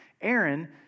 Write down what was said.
Aaron